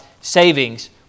Savings